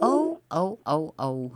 au au au